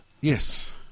Yes